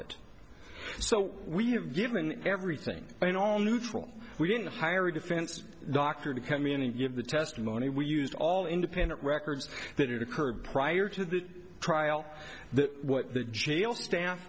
it so we have given everything and all neutral we can hire a defense doctor to come in and give the testimony we used all independent records that occurred prior to the trial that what the jail staff